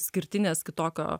išskirtinės kitokio